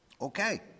Okay